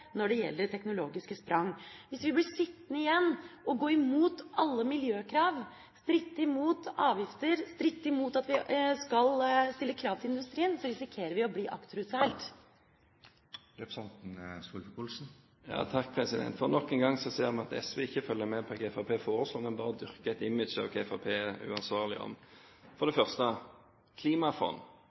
når det gjelder teknologiske sprang. Hvis vi blir sittende igjen, går imot alle miljøkrav, stritter imot avgifter, stritter imot at vi skal stille krav til industrien, så risikerer vi å bli akterutseilt. Nok en gang ser vi at SV ikke følger med på hva Fremskrittspartiet foreslår, men bare dyrker et image av hva Fremskrittspartiet er uansvarlig på. For det første, klimafond: